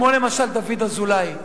למשל דוד אזולאי,